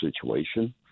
situation